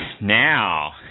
Now